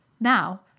now